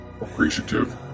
appreciative